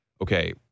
okay